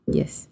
Yes